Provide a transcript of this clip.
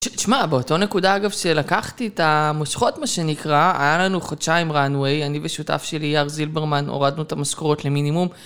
תשמע, באותה נקודה אגב שלקחתי את המושכות מה שנקרא, היה לנו חודשיים רנווי, אני ושותף שלי יאיר זילברמן הורדנו את המשכורות למינימום.